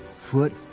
foot